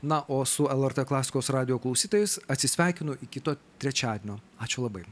na o su lrt klasikos radijo klausytojais atsisveikinu iki kito trečiadienio ačiū labai